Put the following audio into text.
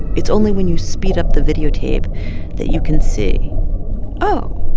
it's only when you speed up the videotape that you can see oh,